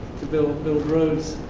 to build build roads.